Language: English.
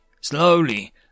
slowly